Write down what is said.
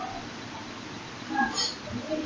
that's